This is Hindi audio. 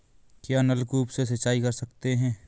क्या नलकूप से सिंचाई कर सकते हैं?